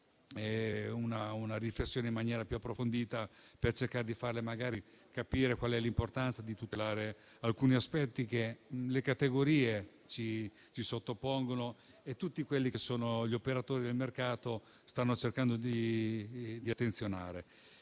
una riflessione approfondita per cercare di far capire qual è l'importanza di tutelare alcuni aspetti che le categorie ci sottopongono e che tutti gli operatori del mercato stanno cercando di attenzionare.